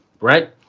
right